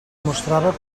mostrava